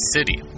City